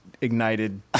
ignited